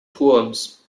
turms